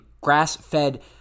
grass-fed